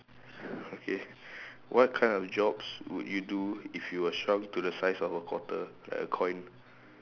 okay what kind of jobs would you do if you were shrunk to the size of a quarter like a coin